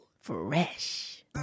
fresh